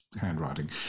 handwriting